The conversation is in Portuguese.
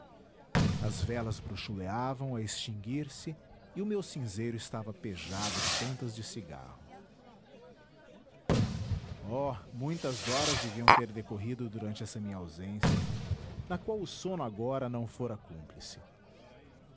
as velas bruxuleavam a extinguir-se e o meu cinzeiro estava pejado de pontas de cigarro oh muitas horas deviam ter decorrido durante essa minha ausência na qual o sono agora não fora cúmplice